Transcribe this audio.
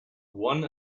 one